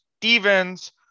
Stevens